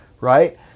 right